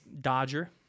Dodger